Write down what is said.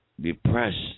depressed